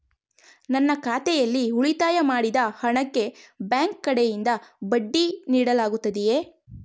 ನನ್ನ ಖಾತೆಯಲ್ಲಿ ಉಳಿತಾಯ ಮಾಡಿದ ಹಣಕ್ಕೆ ಬ್ಯಾಂಕ್ ಕಡೆಯಿಂದ ಬಡ್ಡಿ ನೀಡಲಾಗುತ್ತದೆಯೇ?